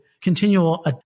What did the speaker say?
continual